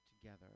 together